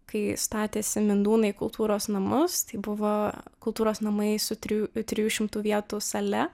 kai statėsi mindūnai kultūros namus tai buvo kultūros namai su trijų trijų šimtų vietų sale